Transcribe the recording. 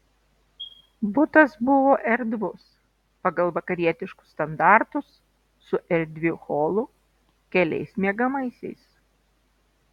butas buvo erdvus pagal vakarietiškus standartus su erdviu holu keliais miegamaisiais